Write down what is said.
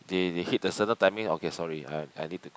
they they hit the certain timing okay sorry I need to go